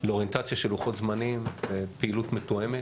לאוריינטציה של לוחות זמנים בפעילות מתואמת.